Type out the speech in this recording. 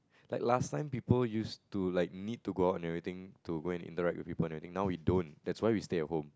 like last time people used to like need to go out or anything to go and interact with people or anything now we don't that's why we stay at home